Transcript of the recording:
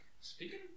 speaking